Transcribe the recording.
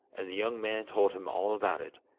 and the young man told him all about it,